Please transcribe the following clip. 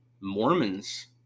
Mormon's